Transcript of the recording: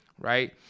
right